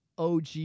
OG